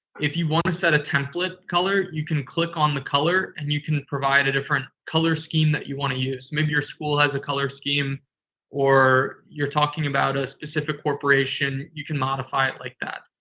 if you want to set a template color, you can click on the color, and you can provide a different color scheme that you want to use. maybe your school has a color scheme or you're talking about a specific corporation, you can modify it like that.